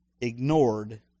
ignored